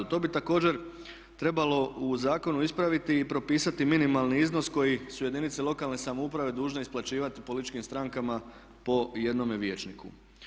To bi također trebalo u zakonu ispraviti i propisati minimalni iznos koji su jedinice lokalne samouprave dužne isplaćivati političkim strankama po jednome vijećniku.